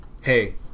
hey